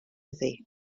iddi